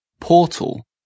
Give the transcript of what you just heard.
Portal